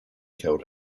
killed